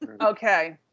okay